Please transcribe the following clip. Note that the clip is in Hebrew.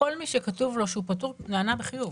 כל מי שכתוב לו שהוא פטור, נענה בחיוב.